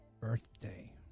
birthday